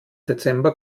dezember